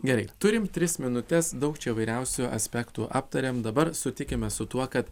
gerai turim tris minutes daug čia įvairiausių aspektų aptarėm dabar sutikime su tuo kad